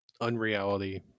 unreality